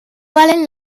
valen